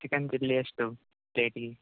chicken chilli ಎಷ್ಟು ಪ್ಲೇಟಿಗೆ